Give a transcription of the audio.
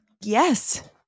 Yes